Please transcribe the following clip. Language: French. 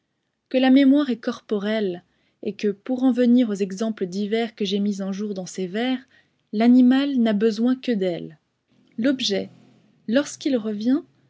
que la mémoire est corporelle et que pour en venir aux exemples divers que j'ai mis en jour dans ces vers l'animal n'a besoin que d'elle l'objet lorsqu'il revient